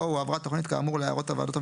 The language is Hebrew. או הועברה תוכנית כאמור להערות הוועדות המחוזיות,